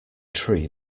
tree